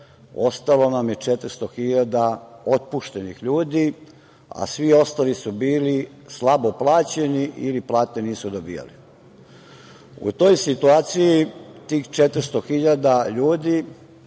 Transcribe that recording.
ostalo nam je 400.000 otpuštenih ljudi, a svi ostali su bili slabo plaćeni ili plate nisu dobijali.U toj situaciji, tih 400.000 ljudi